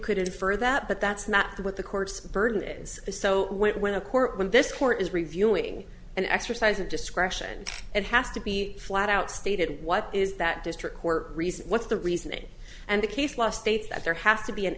could infer that but that's not what the courts burden it is a so when a court when this court is reviewing an exercise of discretion and has to be flat out stated what is that district court recent what's the reasoning and the case law states that there has to be an